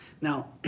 now